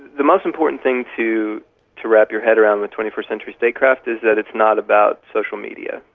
the most important thing to to wrap your head around with twenty first century statecraft is that it's not about social media.